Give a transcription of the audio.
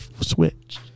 Switch